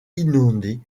inondés